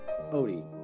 Odie